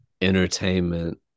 entertainment